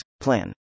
plan